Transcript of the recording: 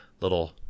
little